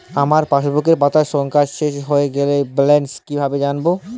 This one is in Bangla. আমার পাসবুকের পাতা সংখ্যা শেষ হয়ে গেলে ব্যালেন্স কীভাবে জানব?